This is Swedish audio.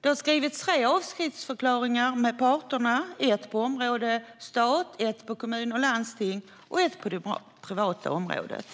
Det har skrivits tre avsiktsförklaringar med parterna, ett på området stat, ett på området kommuner och landsting och ett på det privata området.